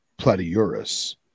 platyurus